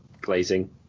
glazing